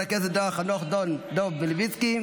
אושרה בקריאה הראשונה ותעבור לדיון בוועדה לביטחון